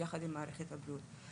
ביחד עם מערכת הבריאות.